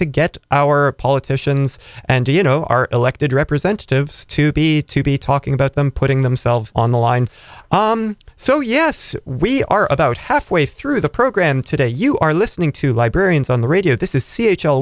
to get our politicians and you know our elected representatives to be to be talking about them putting themselves on the line so yes we are about halfway through the program today you are listening to librarians on the radio this is c h o